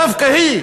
דווקא היא,